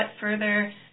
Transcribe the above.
further